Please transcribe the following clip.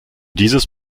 dieses